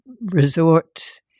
resorts